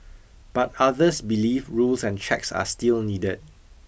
but others believe rules and checks are still needed